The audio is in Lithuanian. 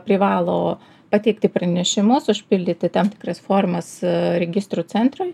privalo pateikti pranešimus užpildyti tam tikras formas registrų centrui